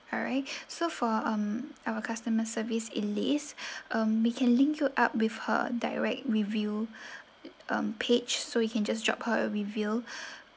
alright so for um our customer service elise um we can link you up with her direct review um page so you can just drop her a review